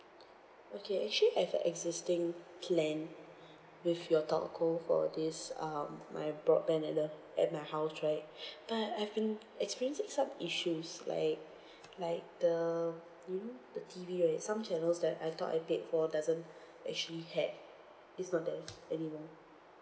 okay actually I have a existing plan with your telco for this um my broadband and uh at my house right but I've been experiencing some issues like like the you know the T_V right some channels that I thought I paid for doesn't actually ha~ it's not there anymore